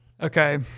Okay